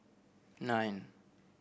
nine